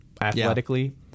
athletically